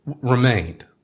remained